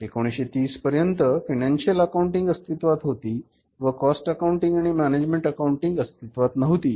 1930 पर्यंत financial accounting अस्तित्वात होती व कॉस्ट अकाउंटिंग आणि मॅनेजमेंट अकाउंटिंग अस्तित्वात नव्हती